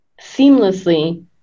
seamlessly